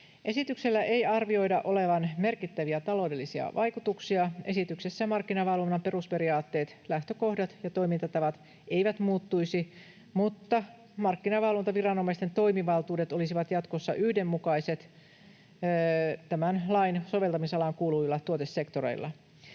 Esityksellä ei arvioida olevan merkittäviä taloudellisia vaikutuksia. Esityksessä markkinavalvonnan perusperiaatteet, lähtökohdat ja toimintatavat eivät muuttuisi, mutta markkinavalvontaviranomaisten toimivaltuudet olisivat jatkossa yhdenmukaiset tämän lain soveltamisalaan kuuluvilla tuotesektoreilla.